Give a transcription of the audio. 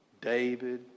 David